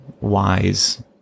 wise